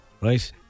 Right